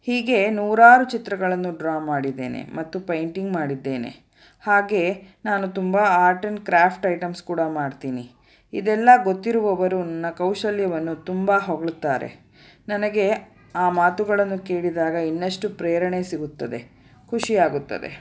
ಹೀಗೆ ನೂರಾರು ಚಿತ್ರಗಳನ್ನು ಡ್ರಾ ಮಾಡಿದ್ದೇನೆ ಮತ್ತು ಪೈಂಟಿಂಗ್ ಮಾಡಿದ್ದೇನೆ ಹಾಗೆ ನಾನು ತುಂಬ ಆರ್ಟ್ ಆ್ಯಂಡ್ ಕ್ರಾಫ್ಟ್ ಐಟಮ್ಸ್ ಕೂಡ ಮಾಡ್ತೀನಿ ಇದೆಲ್ಲ ಗೊತ್ತಿರುವವರು ನನ್ನ ಕೌಶಲ್ಯವನ್ನು ತುಂಬ ಹೊಗಳ್ತಾರೆ ನನಗೆ ಆ ಮಾತುಗಳನ್ನು ಕೇಳಿದಾಗ ಇನ್ನಷ್ಟು ಪ್ರೇರಣೆ ಸಿಗುತ್ತದೆ ಖುಷಿ ಆಗುತ್ತದೆ